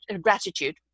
Gratitude